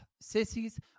sissies